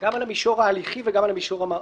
גם על המישור ההליכי וגם על המישור המהותי.